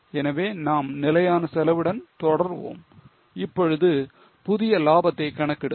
எனவே நாம் நிலையான செலவுடன் தொடர்வோம் இப்பொழுது புதிய லாபத்தை கணக்கிடுங்கள்